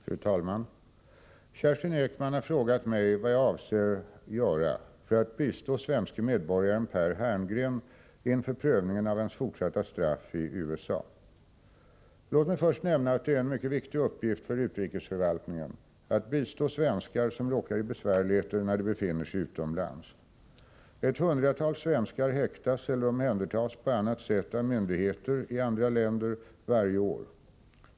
Fru talman! Kerstin Ekman har frågat mig vad jag avser göra för att bistå svenske medborgaren Per Herngren inför prövningen av hans fortsatta straff i USA. Låt mig först nämna att det är en mycket viktig uppgift för utrikesförvaltningen att bistå svenskar som råkar i besvärligheter när de befinner sig utomlands. Ett hundratal svenskar häktas eller omhändertas på annat sätt av myndigheter i andra länder varje år.